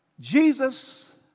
Jesus